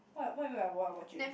what what you meant by what I'm watching